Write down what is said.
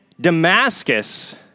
Damascus